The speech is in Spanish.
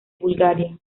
bulgaria